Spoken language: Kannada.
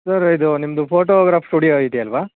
ಸರ್ ಇದು ನಿಮ್ಮದು ಫೋಟೋಗ್ರಾಫ್ ಸ್ಟುಡಿಯೋ ಇದೆ ಅಲ್ಲವ